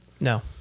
No